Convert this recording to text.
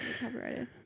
copyrighted